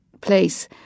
place